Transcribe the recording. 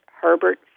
Herbert